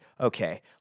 Okay